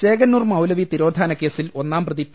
ചേകന്നൂർ മൌലവി തിരോധാനക്കേസിൽ ഒന്നാംപ്രതി പി